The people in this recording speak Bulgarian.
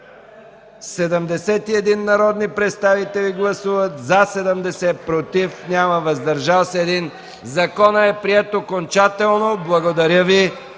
71 народни представители: за 70, против няма, въздържал се 1. Законът е приет окончателно. Благодаря Ви